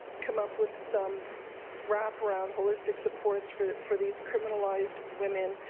come up with some wraparound holistic supports for for these criminalized women.